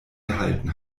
gehalten